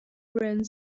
round